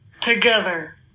together